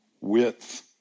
Width